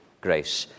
grace